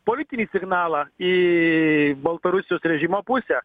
politinį signalą į baltarusijos režimo pusę